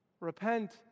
Repent